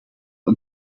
wij